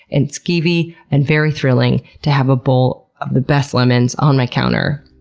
and skeevy, and very thrilling to have a bowl of the best lemons on my counter.